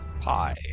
Hi